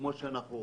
כמו שאנחנו רואים,